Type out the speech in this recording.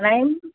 नाही